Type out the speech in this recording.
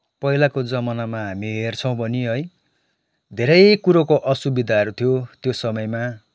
पहिलाको जमानामा हामी हेर्छौँ भने है धेरै कुरोको असुविधाहरू थियो त्यो समयमा